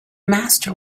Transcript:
master